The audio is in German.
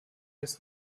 des